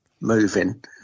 moving